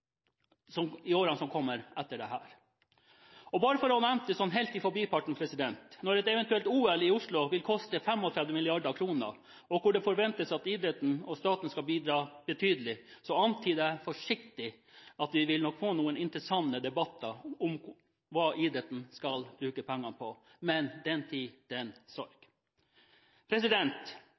i årene som kommer etter dette. Og bare for helt i forbifarten å ha nevnt det: Når et eventuelt OL i Oslo vil koste 35 mrd. kr, og når det forventes at idretten og staten skal bidra betydelig, antyder jeg forsiktig at vi nok vil få noen interessante debatter om hva idretten skal bruke pengene på. Men den tid, den sorg.